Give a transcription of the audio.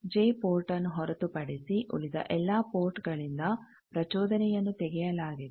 J ಪೋರ್ಟ್ನ್ನು ಹೊರತುಪಡಿಸಿ ಉಳಿದ ಎಲ್ಲಾ ಪೋರ್ಟ್ಗಳಿಂದ ಪ್ರಚೋದನೆಯನ್ನು ತೆಗೆಯಲಾಗಿದೆ